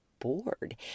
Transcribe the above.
bored